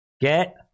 Get